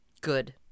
Good